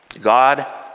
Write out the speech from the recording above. God